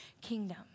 kingdom